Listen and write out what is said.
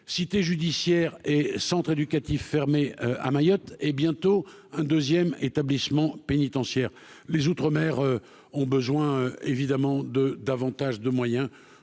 cité judiciaire et centres éducatifs fermés à Mayotte et bientôt un 2ème établissement pénitentiaire les outre-mer ont besoin évidemment de davantage de moyens,